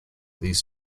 these